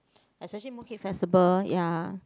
especially Mooncake Festival ya